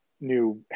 new